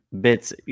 bits